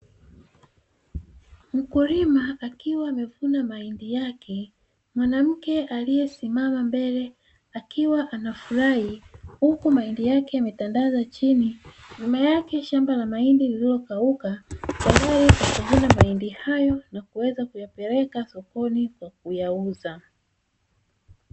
Mkulima akiwa amevuna mahindi yake. Mwanamke aliyesimama mbele akiwa anafurahi huku mahindi yake yametandazwa chini, nyuma yake shamba la mahindi lililokauka, tayari kwa kusogeza mahindi hayo na kuyapeleka sokoni kwa kuyauza.